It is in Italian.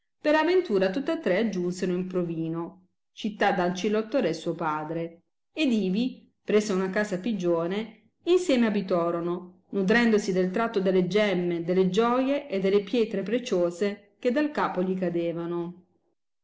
per aventura tutta tre aggiunsero in provino città d ancilotto re suo padre ed ivi presa una casa a pigione insieme abitorono nudrendosi del tratto delle gemme delle gioie e delle pietre preciose che dal capo gli cadevano